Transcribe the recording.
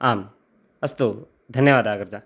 आम् अस्तु धन्यवादः अग्रज